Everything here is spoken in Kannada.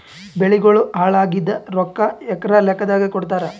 ಬೆಳಿಗೋಳ ಹಾಳಾಗಿದ ರೊಕ್ಕಾ ಎಕರ ಲೆಕ್ಕಾದಾಗ ಕೊಡುತ್ತಾರ?